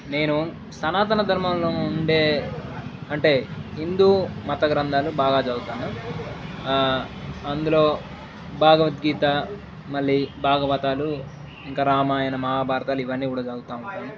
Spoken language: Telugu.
నేను సనాతన ధర్మంలో ఉండే అంటే హిందూ మత గ్రంథాలు బాగా చదువుతాను అందులో భగవద్గీత మళ్ళీ భాగవతాలు ఇంకా రామాయణ మహాభారతాలు ఇవన్నీ కూడా చదువుతూ ఉంటాను